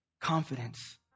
confidence